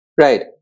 Right